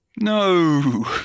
No